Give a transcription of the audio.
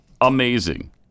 Amazing